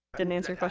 didn't answer